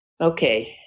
Okay